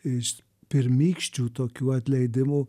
iš pirmykščių tokių atleidimų